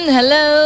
Hello